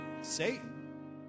Satan